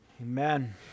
Amen